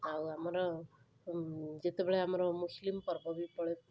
ଆଉ ଆମର ଯେତେବେଳେ ଆମର ମୁସଲିମ ପର୍ବ ବି ପଡ଼େ